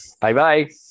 Bye-bye